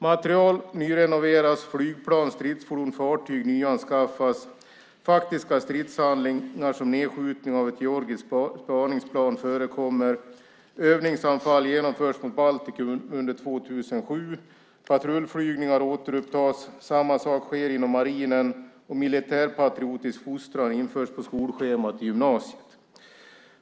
Materiel nyrenoveras. Flygplan, stridsfordon, fartyg nyanskaffas. Faktiska stridshandlingar, som nedskjutning av ett georgiskt spaningsplan, förekommer. Övningsanfall genomfördes mot Baltikum under 2007. Patrullflygningar återupptas. Samma sak sker inom marinen, och militärpatriotisk fostran införs på skolschemat i gymnasiet.